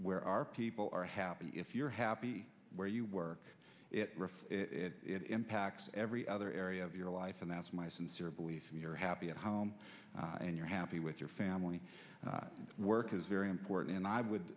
where our people are happy if you're happy where you work it impacts every other area of your life and that's my sincere belief you're happy at home and you're happy with your family work is very important and i would